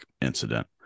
incident